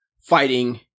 fighting